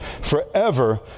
forever